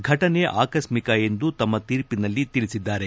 ಘಟನೆ ಆಕಸ್ತಿಕ ಎಂದು ತಮ್ಮ ತೀರ್ಪಿನಲ್ಲಿ ಹೇಳಿದ್ದಾರೆ